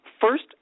first